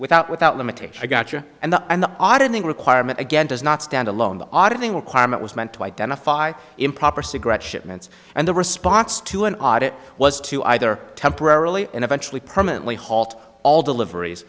without without limitation a gotcha and the and the auditing requirement again does not stand alone the auditing requirement was meant to identify improper cigarette shipments and the response to an audit was to either temporarily and eventually permanently halt all deliveries